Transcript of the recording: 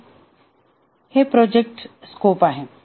तर हे project scope आहे